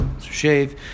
Shave